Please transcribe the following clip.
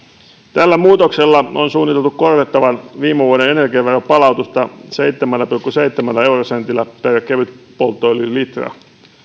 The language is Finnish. tällä muutoksella on suunniteltu korvattavan viime vuoden energiaveron palautusta seitsemällä pilkku seitsemällä eurosentillä per kevytpolttoöljylitra